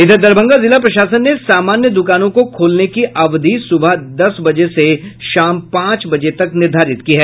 इधर दरभंगा जिला प्रशासन ने सामान्य दुकानों को खोलने की अवधि सुबह दस बजे से शाम पांच बजे तक निर्धारित की है